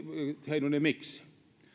heinonen miksi